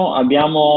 abbiamo